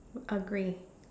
uh grey